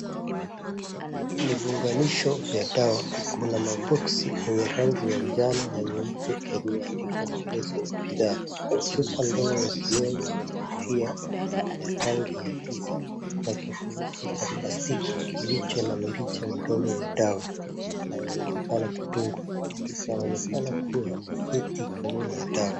Viunganisho vya dawa, kuna ma box ya rangi ya njano na nyeupe yalioandikwa maelezo ya bidhaa, chupa ndogo ya kioo yenye kofia ya rangi ya giza na kifuniko cha plastiki kilicho na mirija midogo ya dawa inayowezekana kudungwa, inaonekana kuwa risiti kamili ya dawa.